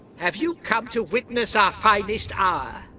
have you come to witness our finest ah